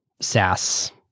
SaaS